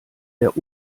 der